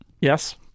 Yes